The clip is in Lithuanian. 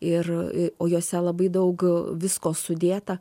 ir o juose labai daug visko sudėta